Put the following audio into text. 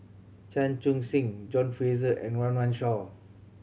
Chan Chun Sing John Fraser and Run Run Shaw